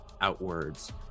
outwards